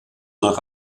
nach